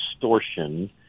distortion